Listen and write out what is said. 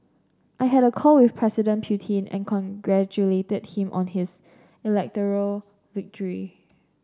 I had a call with President Putin and congratulated him on his electoral victory